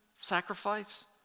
sacrifice